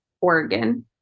Oregon